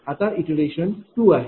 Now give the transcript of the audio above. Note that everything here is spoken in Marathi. आता इटरेशन 2 आहे